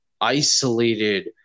isolated